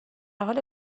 حال